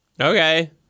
okay